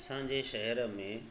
असांजे शहर में